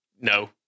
no